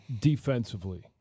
Defensively